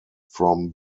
from